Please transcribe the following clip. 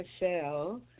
Michelle